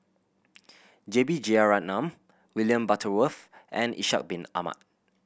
J B Jeyaretnam William Butterworth and Ishak Bin Ahmad